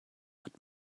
hat